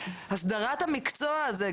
הסדרת המקצוע הזה,